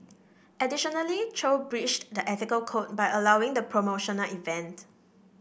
additionally Chow breached the ethical code by allowing the promotional event